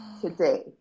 today